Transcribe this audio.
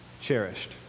cherished